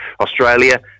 Australia